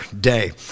day